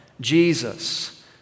Jesus